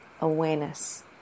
awareness